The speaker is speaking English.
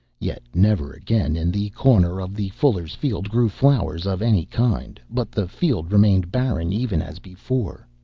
yet never again in the corner of the fullers' field grew flowers of any kind, but the field remained barren even as before.